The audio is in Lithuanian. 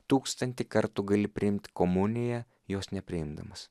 tūkstantį kartų gali priimt komuniją jos nepriimdamas